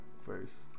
first